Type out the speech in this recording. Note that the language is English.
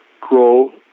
grow